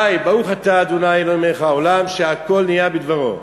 ברוך אתה אדוני אלוהינו מלך העולם שהכול נהיה בדברו.